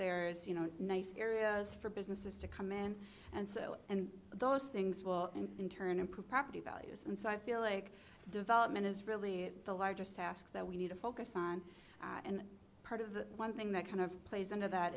there is you know nice areas for businesses to come in and so and those things will in turn improve property values and so i feel like development is really the largest task that we need to focus on and part of the one thing that kind of plays into that